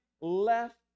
left